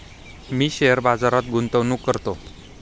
मी share बाजारात गुंतवणूक करतो